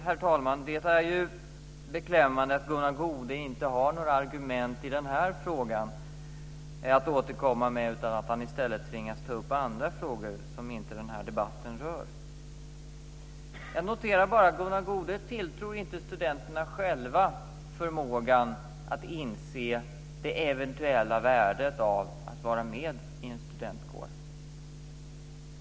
Herr talman! Det är beklämmande att Gunnar Goude inte har några argument att återkomma med i den här frågan, utan att han i stället tvingas att ta upp andra frågor som inte den här debatten rör. Jag noterar bara att Gunnar Goude inte tilltror studenterna förmågan att själva inse det eventuella värdet av att vara med i en studentkår.